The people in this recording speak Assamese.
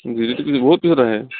ডিউটিটো কিন্তু বহুত পিছত আহে